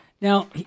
Now